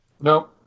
No